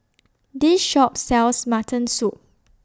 This Shop sells Mutton Soup